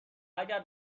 اگر